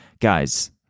Guys